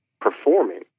performing